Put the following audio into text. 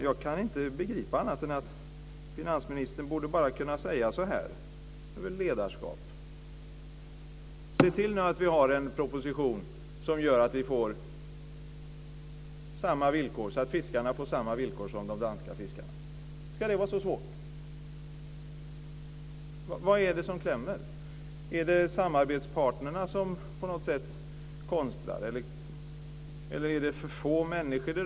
Jag kan inte begripa annat än att finansministern bara borde kunna säga: Se till att vi har en proposition som gör att de svenska yrkesfiskarna får samma villkor som de danska. Det är väl ledarskap. Ska det vara så svårt? Vad är det som klämmer? Är det samarbetspartnerna som konstrar? Eller rör det sig om för få människor?